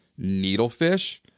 needlefish